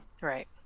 Right